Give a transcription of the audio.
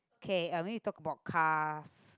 okay uh maybe talk about cars